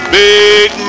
big